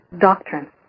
doctrine